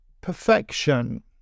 Perfection